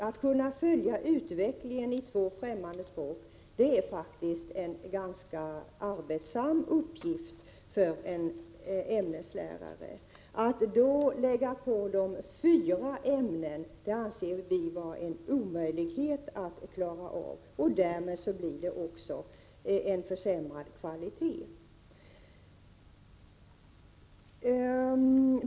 Att följa utvecklingen i två främmande språk är faktiskt en ganska arbetsam uppgift för en ämneslärare. Det är omöjligt att klara fyra ämnen, som nu läggs på dem. Därmed försämras kvaliteten.